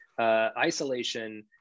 isolation